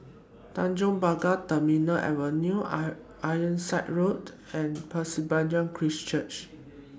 Tanjong Pagar Terminal Avenue iron Ironside Road and Pasir Panjang Christ Church